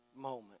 moment